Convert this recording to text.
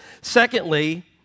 secondly